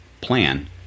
plan